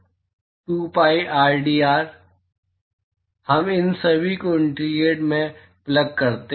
2 pi rdr हम इन सभी को इंटीग्रल में प्लग करते हैं